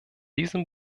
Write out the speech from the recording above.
diesem